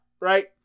right